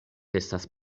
estas